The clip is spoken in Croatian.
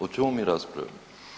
O čemu mi raspravljamo?